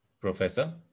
Professor